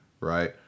right